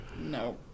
no